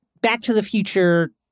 back-to-the-future